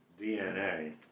DNA